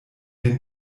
den